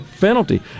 penalty